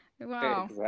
wow